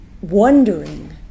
wondering